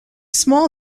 small